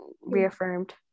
reaffirmed